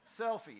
Selfie